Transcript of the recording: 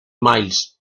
miles